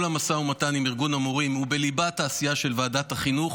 כל המשא ומתן עם ארגון המורים הוא בליבת העשייה של ועדת החינוך.